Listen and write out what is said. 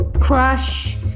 Crush